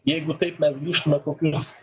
jeigu taip mes grįžtume kokius